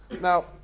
Now